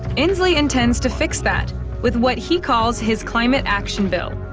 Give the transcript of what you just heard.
inslee intends to fix that with what he calls his climate action bill.